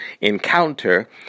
encounter